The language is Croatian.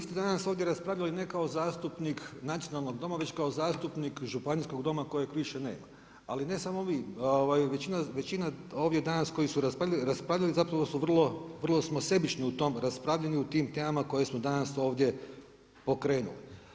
Kolega Hrg, vi ste danas ovdje raspravljali ne kao zastupnik nacionalnog Doma već kao zastupnik Županijskog doma kojeg više nema, ali ne samo vi, većina ovdje danas koji su raspravljali zapravo vrlo smo sebični u tom raspravljanju, u tim temama koje smo danas ovdje pokrenuli.